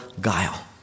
guile